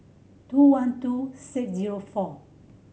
two one two six zero four